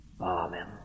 Amen